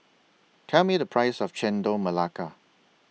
Tell Me The Price of Chendol Melaka